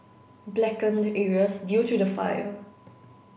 blackened areas due to the fire